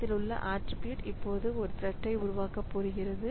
இதில் உள்ள ஆட்ரிபியூட் இப்போது ஒரு த்ரெட்டைஉருவாக்கப் போகிறது